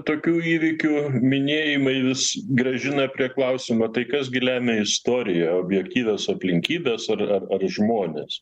tokių įvykių minėjimai vis grąžina prie klausimo tai kas gi lemia istoriją objektyvios aplinkybės ar ar ar žmonės